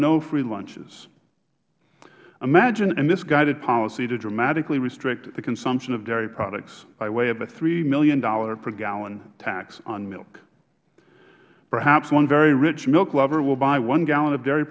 no free lunches imagine a misguided policy to dramatically restrict the consumption of dairy products by way of a three dollars million per gallon tax on milk perhaps one very rich milk lover will buy one gallon of dairy